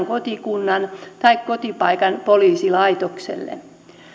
kotikunnan tai kotipaikan poliisilaitokselle